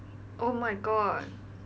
oh my god